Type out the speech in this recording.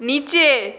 নিচে